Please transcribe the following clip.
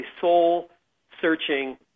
soul-searching